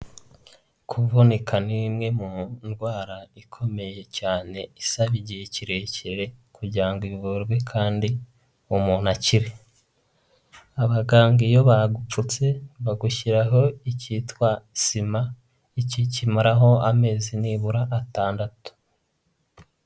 Kuvunika ni bimwe mu ndwara ikomeye cyane isaba igihe kirekire kugira ngo ivurwe kandi umuntu akire, abaganga iyo bagupfutse bagushyiraho ikitwa sima. Iki kimaraho amezi nibura atandatu.